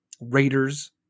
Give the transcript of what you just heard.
Raiders